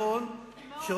חבר הכנסת פלסנר, שמעו אותך.